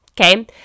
okay